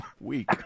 week